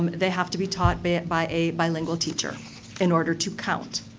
um they have to be taught by by a bilingual teacher in order to count.